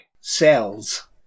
Cells